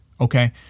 Okay